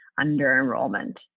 under-enrollment